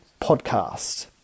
podcast